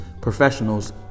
professionals